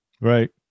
Right